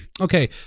okay